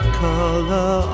color